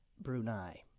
Brunei